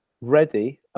ready